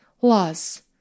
loss